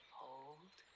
hold